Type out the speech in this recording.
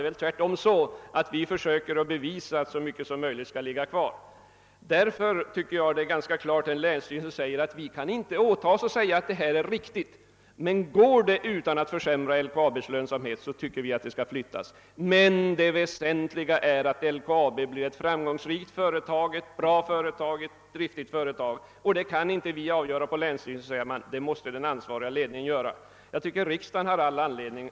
Snarare är det så att vi försöker bevisa att så mycket som möjligt bör ligga kvar däruppe. Därför bör man fästa stort avseende vid länsstyrelsens uttalande, att länsstyrelsen inte kan åta sig att säga att detta är riktigt; man anser att huvudkontoret bör flyttas om detta är möjligt utan att försämra företagets lönsamhet. Det väsentliga för länsstyrelsen är att LKAB förblir ett framgångsrikt och bra företag och att det bör ankomma på den ansvariga ledningen att avgöra var huvudkontoret skall ligga.